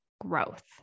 growth